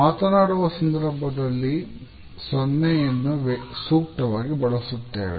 ಮಾತನಾಡುವ ಸಂದರ್ಭದಲ್ಲಿ ಸನ್ನೆಯನ್ನು ಸೂಕ್ತವಾಗಿ ಬಳಸುತ್ತೇವೆ